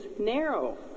narrow